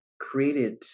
created